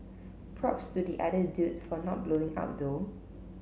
props to the other dude for not blowing up though